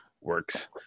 works